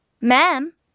Ma'am